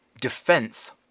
defense